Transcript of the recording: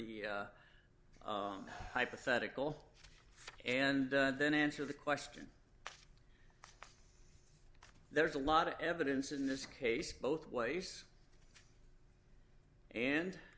the hypothetical and then answer the question there's a lot of evidence in this case both ways and